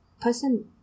person